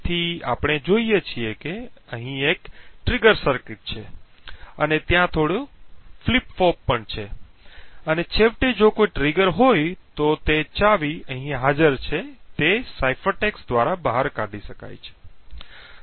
તેથી આપણે જોઈએ છીએ કે અહીં એક ટ્રિગર સર્કિટ છે અને ત્યાં થોડી ફ્લિપ ફ્લોપ પણ છે અને છેવટે જો કોઈ ટ્રિગર હોય તો જે ચાવી અહીં હાજર છે તે cipher text દ્વારા બહાર કાઢી શકાય છે